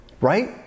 right